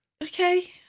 Okay